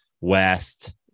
West